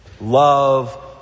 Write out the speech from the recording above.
love